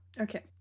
okay